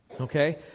Okay